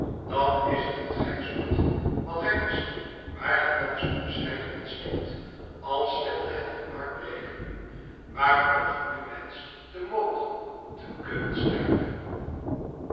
dat is het wat gij zoekt wat gij mist waar ge thans om schreit en snikt als wilde het hart u breken waarom ge nu wenscht te mogen te kunnen sterven